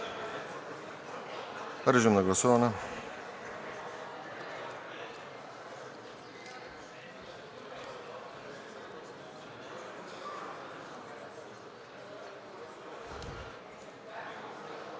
Режим на гласуване.